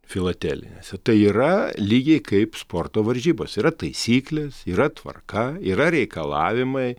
filatelinėse tai yra lygiai kaip sporto varžybos yra taisyklės yra tvarka yra reikalavimai